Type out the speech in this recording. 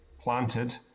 planted